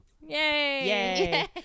Yay